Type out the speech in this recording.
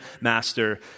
master